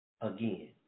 again